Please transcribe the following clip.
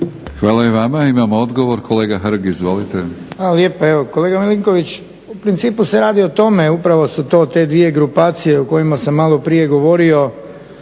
Hvala i vama. Imamo odgovor kolega Hrg izvolite.